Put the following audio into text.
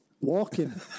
Walking